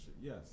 Yes